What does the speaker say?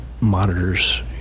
monitors